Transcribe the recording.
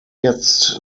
jetzt